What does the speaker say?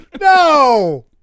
No